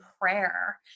prayer